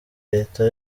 leta